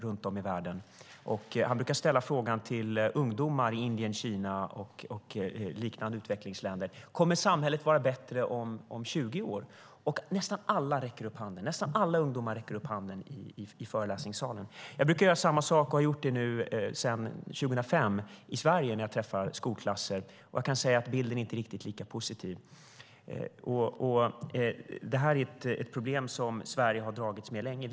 Han brukar ställa följande fråga till ungdomar i Indien, Kina och liknande utvecklingsländer: Kommer samhället att vara bättre om 20 år? Nästan alla ungdomar i föreläsningssalen räcker upp handen. Jag brukar göra samma sak, och jag har gjort det sedan 2005, när jag träffar skolklasser i Sverige. Jag kan säga att bilden inte är riktigt lika positiv. Detta är ett problem som Sverige har dragits med länge.